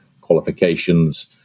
qualifications